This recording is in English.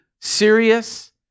serious